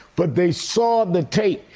but they saw the tape.